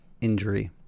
injury